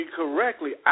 correctly